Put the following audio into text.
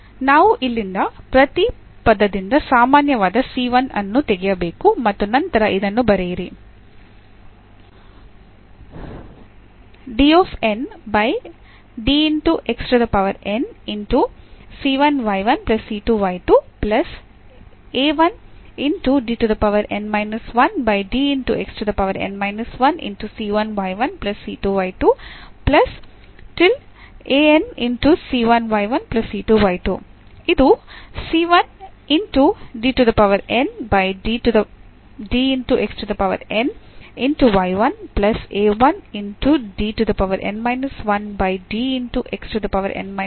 ನಾವು ಇಲ್ಲಿಂದ ಪ್ರತಿ ಪದದಿಂದ ಸಾಮಾನ್ಯವಾದ ಅನ್ನು ತೆಗೆಯಬೇಕು ಮತ್ತು ನಂತರ ಇದನ್ನು ಬರೆಯಿರಿ ಇದು ಕೊಟ್ಟಿರುವ ಅವಕಲನ ಸಮೀಕರಣವನ್ನು ಪೂರೈಸುತ್ತದೆ